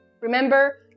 Remember